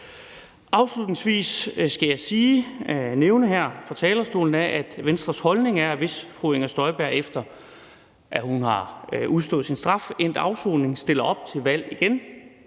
Afslutningsvis skal jeg nævne her fra talerstolen, at hvis fru Inger Støjberg, efter hun har udstået sin straf, endt afsoning, stiller op til valg igen